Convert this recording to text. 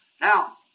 Now